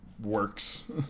works